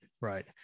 right